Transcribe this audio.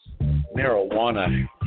Marijuana